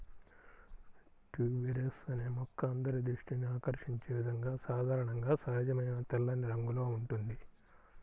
tuberose అనే మొక్క అందరి దృష్టిని ఆకర్షించే విధంగా సాధారణంగా సహజమైన తెల్లని రంగులో ఉంటుంది